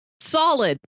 Solid